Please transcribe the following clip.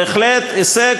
בהחלט הישג.